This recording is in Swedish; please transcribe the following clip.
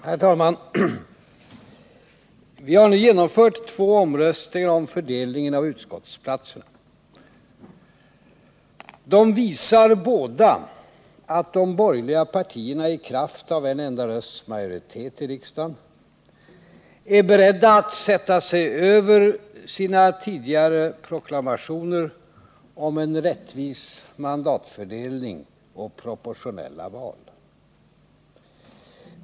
Herr talman! Vi har nu genomfört två omröstningar om fördelningen av utskottsplatserna. Båda dessa omröstningar visar att de borgerliga partierna i kraft av en enda rösts majoritet i riksdagen är beredda att sätta sig över sina tidigare proklamationer om en rättvis mandatfördelning och om proportionella val.